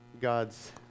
God's